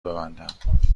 ببندم